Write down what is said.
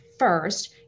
First